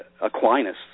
Aquinas